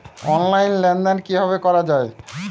Online লেনদেন কিভাবে করা হয়?